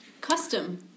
Custom